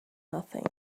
nothing